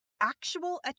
actual